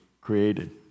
created